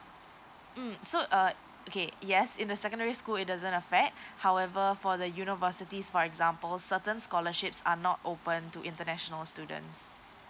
mm so uh okay yes in the secondary school it doesn't affect however for the universities for example certain scholarships are not open to international students